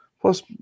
plus